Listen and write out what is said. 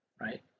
right